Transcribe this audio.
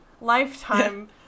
Lifetime